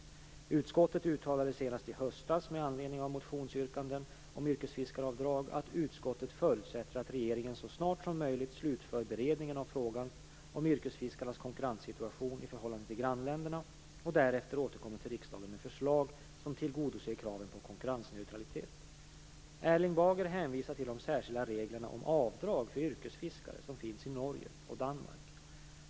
Utskottet uttalade senast i höstas med anledning av motionsyrkanden om yrkesfiskaravdrag att utskottet förutsätter att regeringen så snart som möjligt slutför beredningen av frågan om yrkesfiskarnas konkurrenssituation i förhållande till grannländerna och därefter återkommer till riksdagen med förslag som tillgodoser kraven på konkurrensneutralitet. Erling Bager hänvisar till de särskilda reglerna om avdrag för yrkesfiskare som finns i Norge och Danmark.